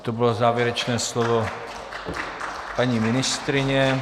To bylo závěrečné slovo paní ministryně.